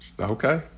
Okay